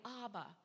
Abba